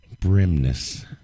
brimness